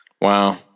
Wow